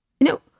No